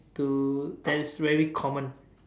to that is very common